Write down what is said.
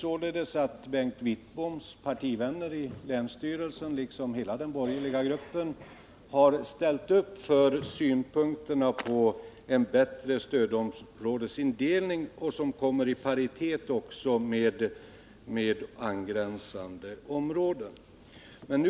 Således har Bengt Wittboms partivänner liksom hela den borgerliga gruppen i länsstyrelsen ställt sig bakom kravet på en sådan ändring av stödområdesindelningen att Örebro län kommer i paritet med angränsande län.